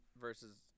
versus